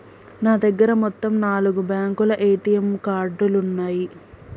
నా దగ్గర మొత్తం నాలుగు బ్యేంకుల ఏటీఎం కార్డులున్నయ్యి